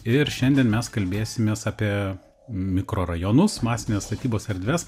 ir šiandien mes kalbėsimės apie mikrorajonus masinės statybos erdves